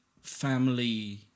family